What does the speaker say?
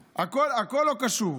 בסדר, הכול לא קשור.